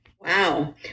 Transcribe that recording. Wow